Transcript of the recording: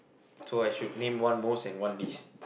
so I should name one most and one least